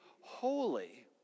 holy